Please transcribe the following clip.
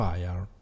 Fire